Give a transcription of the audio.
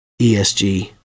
esg